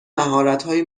مهارتهایی